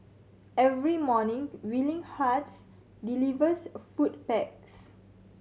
every morning Willing Hearts delivers food packs